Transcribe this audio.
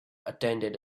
attended